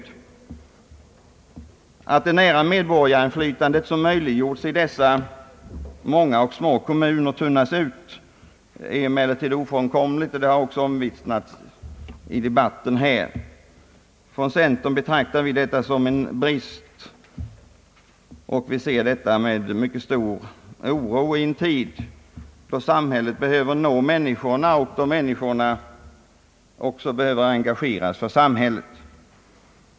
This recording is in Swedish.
Det är dock ofrånkomligt att det nära medborgarinflytande som möjliggjorts i dessa många och små kommuner kommer att tunnas ut. Det har också påpekats i debatten här. Från centern betraktar vi detta som en försvagning av den kommunala demokratin. Vi ser det med stor oro i en tid då samhället behöver nå människorna, och då människorna också behöver engageras för samhället.